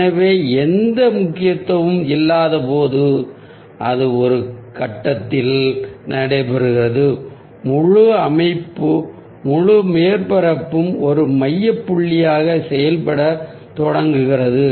எனவே எந்த முக்கியத்துவமும் இல்லாதபோது அதாவது ஒரு இடத்தில் நடைபெறும் போது முழு அமைப்பு முழு மேற்பரப்பும் ஒரு மைய புள்ளியாக செயல்படத் தொடங்குகிறது